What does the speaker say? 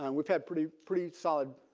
um we've had pretty pretty solid